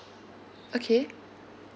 okay